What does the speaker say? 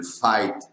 fight